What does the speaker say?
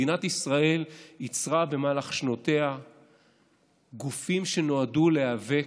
מדינת ישראל ייצרה במהלך שנותיה גופים שנועדו לשרת